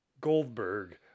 Goldberg